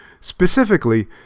Specifically